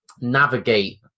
navigate